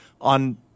on –